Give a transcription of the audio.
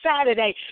Saturday